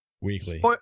weekly